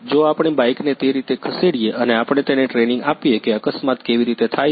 જો આપણે બાઇકને તે રીતે ખસેડીએ અને આપણે તેને ટ્રેનિંગ આપીએ કે અકસ્માત કેવી રીતે થાય છે